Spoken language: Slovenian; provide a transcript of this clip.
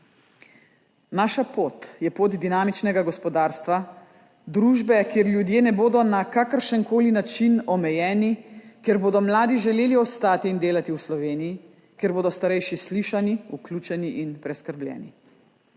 Naša pot je pot dinamičnega gospodarstva, družbe, kjer ljudje ne bodo na kakršen koli način omejeni, ker bodo mladi želeli ostati in delati v Sloveniji, ker bodo starejši slišani, vključeni in preskrbljeni.